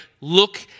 look